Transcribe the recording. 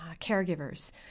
caregivers